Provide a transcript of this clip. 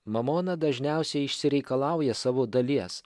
mamona dažniausiai išsireikalauja savo dalies